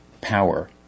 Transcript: power